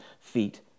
feet